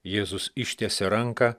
jėzus ištiesė ranką